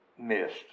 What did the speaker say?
missed